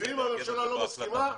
אם הממשלה לא מסכימה,